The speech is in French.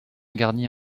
garnies